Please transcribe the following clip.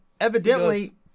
evidently